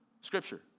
scripture